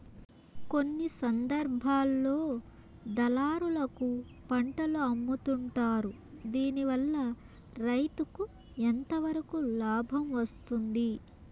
కొన్ని సందర్భాల్లో దళారులకు పంటలు అమ్ముతుంటారు దీనివల్ల రైతుకు ఎంతవరకు లాభం వస్తుంది?